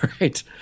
right